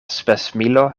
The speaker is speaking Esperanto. spesmilo